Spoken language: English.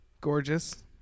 gorgeous